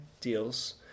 deals